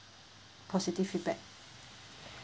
positive feedback